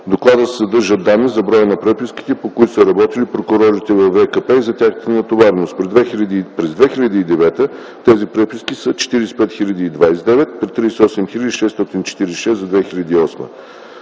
доклада се съдържат данни за броя на преписките, по които са работили прокурорите от ВКП и за тяхната натовареност. През 2009 г. тези преписки са 45 029, при 38 646 за 2008